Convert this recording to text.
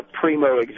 Primo